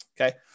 Okay